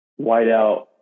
Whiteout